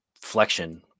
flexion